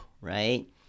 right